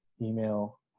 email